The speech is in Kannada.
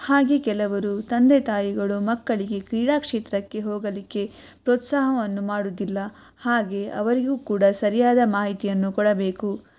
ಹಾಗೆ ಕೆಲವರು ತಂದೆ ತಾಯಿಗಳು ಮಕ್ಕಳಿಗೆ ಕ್ರೀಡಾಕ್ಷೇತ್ರಕ್ಕೆ ಹೋಗಲಿಕ್ಕೆ ಪ್ರೋತ್ಸಾಹವನ್ನು ಮಾಡುವುದಿಲ್ಲ ಹಾಗೆ ಅವರಿಗೂ ಕೂಡ ಸರಿಯಾದ ಮಾಹಿತಿಯನ್ನು ಕೊಡಬೇಕು